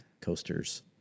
coasters